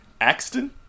Axton